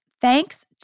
thanks